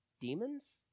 demons